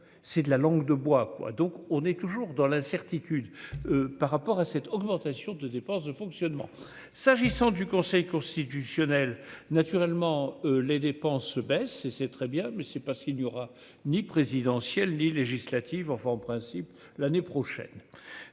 c'est de la langue de bois, quoi, donc, on est toujours dans l'incertitude par rapport à cette augmentation de dépenses de fonctionnement s'agissant du Conseil constitutionnel, naturellement, les dépenses se baisse et c'est très bien, mais c'est parce qu'il y aura ni présidentielles, les législatives, enfin en principe l'année prochaine